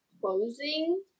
closing